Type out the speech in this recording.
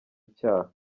icyaha